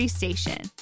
station